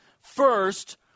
First